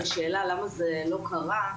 לשאלה למה זה לא קרה,